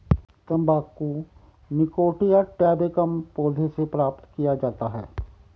तंबाकू निकोटिया टैबेकम पौधे से प्राप्त किया जाता है